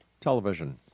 television